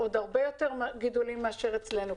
עוד הרבה יותר מאשר אצלנו,